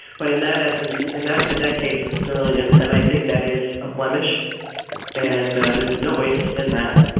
but in that essence, in that in that case with sterling, and and i think that is a blemish and there's no way to spin that.